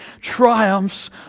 triumphs